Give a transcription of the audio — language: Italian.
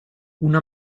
una